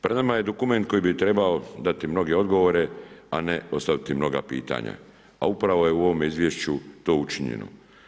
Pred nama je dokument koji bi trebao dati mnoge odgovore, a ne ostaviti mnoga pitanja, a upravo je u ovome Izvješću to učinjeno.